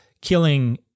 killing